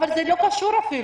אבל זה לא קשור אפילו.